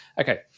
Okay